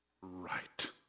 Right